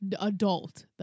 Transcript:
adult